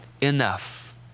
enough